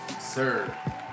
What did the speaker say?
sir